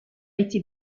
été